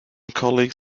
colleague